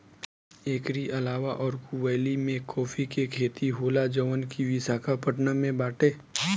एकरी अलावा अरकू वैली में काफी के खेती होला जवन की विशाखापट्टनम में बाटे